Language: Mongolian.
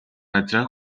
газраа